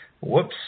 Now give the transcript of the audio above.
Whoops